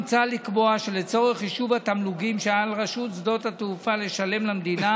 מוצע לקבוע שלצורך חישוב התמלוגים שעל רשות שדות התעופה לשלם למדינה,